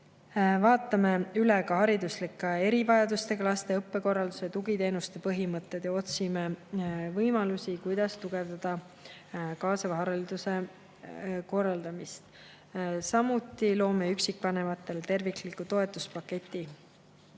Vaatame üle ka hariduslike erivajadustega laste õppekorralduse, tugiteenuste põhimõtted ja otsime võimalusi, kuidas tugevdada kaasava hariduse korraldamist. Samuti loome üksikvanematele tervikliku toetuspaketi.